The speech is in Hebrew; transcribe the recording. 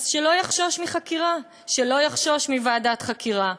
אז שלא יחשוש מחקירה, שלא יחשוש מוועדת חקירה.